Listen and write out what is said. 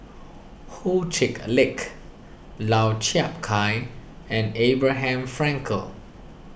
Ho Check Lick Lau Chiap Khai and Abraham Frankel